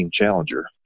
Challenger